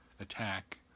attack